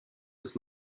des